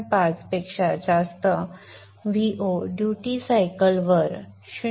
5 पेक्षा जास्त व्हो ड्युटी सायकलवर 0